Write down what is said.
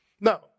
Now